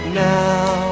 now